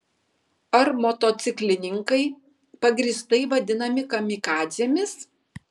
ar motociklininkai pagrįstai vadinami kamikadzėmis